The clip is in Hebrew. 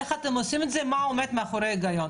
איך אתם עושים את זה ומה עומד מאחורי ההיגיון?